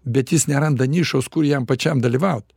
bet jis neranda nišos kur jam pačiam dalyvaut